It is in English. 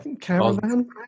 Caravan